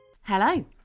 Hello